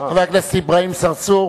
אברהים צרצור.